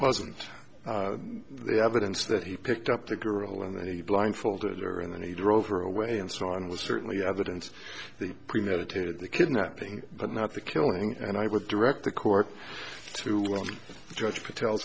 wasn't the evidence that he picked up the girl and then he blindfolded her and then he drove her away and so on was certainly evidence that premeditated the kidnapping but not the killing and i would direct the court to well judge patel